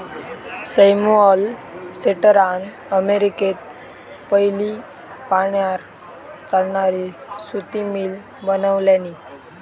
Samuel स्लेटरान अमेरिकेत पयली पाण्यार चालणारी सुती मिल बनवल्यानी